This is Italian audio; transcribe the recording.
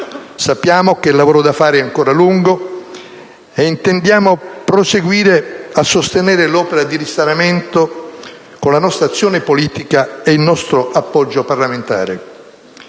Sappiamo che il lavoro da fare è ancora lungo e intendiamo proseguire a sostenere l'opera di risanamento con la nostra azione politica e il nostro appoggio parlamentare.